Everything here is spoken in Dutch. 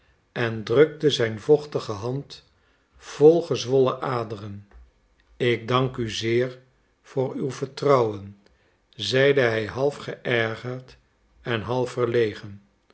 en drukte zijn vochtige hand vol gezwollen aderen ik dank u zeer voor uw vertrouwen zeide hij half geërgerd en